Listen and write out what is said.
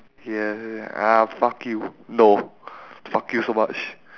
ya ah fuck you no fuck you so much